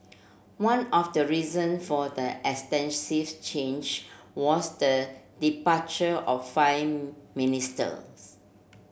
one of the reason for the extensive change was the departure of five ministers